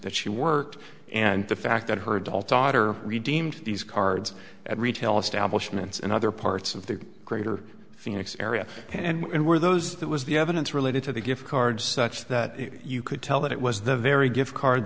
that she worked and the fact that her adult daughter redeemed these cards at retail establishments in other parts of the greater phoenix area and were those it was the evidence related to the gift cards such that you could tell that it was the very gift card